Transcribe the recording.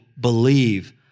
believe